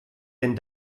denn